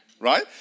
Right